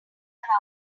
around